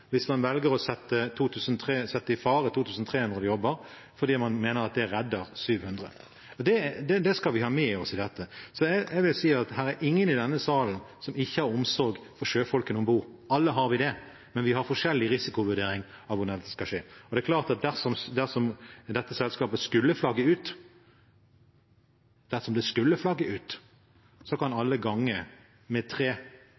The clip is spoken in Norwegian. hvis man velger å sette i fare 2 300 jobber fordi man mener at det redder 700. Det skal vi ha med oss i dette. Jeg vil si at det er ingen i denne salen som ikke har omsorg for sjøfolkene om bord – alle har vi det – men vi har forskjellige risikovurderinger av hvordan det skal skje. Det er klart at dersom dette selskapet skulle flagge ut – dersom det skulle flagge ut – kan